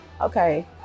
okay